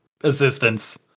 assistance